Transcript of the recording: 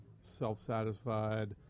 self-satisfied